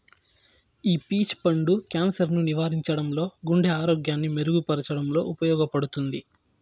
ఈ పీచ్ పండు క్యాన్సర్ ను నివారించడంలో, గుండె ఆరోగ్యాన్ని మెరుగు పరచడంలో ఉపయోగపడుతుంది